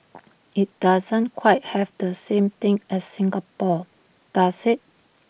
IT doesn't quite have the same thing as Singapore does IT